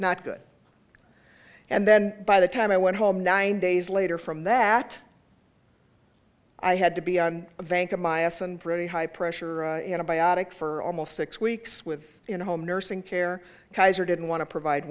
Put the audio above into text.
not good and then by the time i went home nine days later from that i had to be on a bank of my ass and pretty high pressure in a biopic for almost six weeks with in home nursing care kaiser didn't want to provide